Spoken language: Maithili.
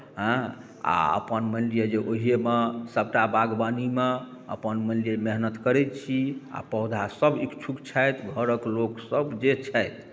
हँ आ अपन मानि लिअ जे ओहिएमे सभटा बागबानीमे अपन मानि लिअ जे मेहनत करैत छी आ पौधासभ इच्छुक छथि घरक लोकसभ जे छथि